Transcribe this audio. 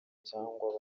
cyangwa